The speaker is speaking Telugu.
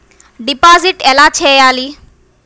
డిపాజిట్ ఎలా చెయ్యాలి?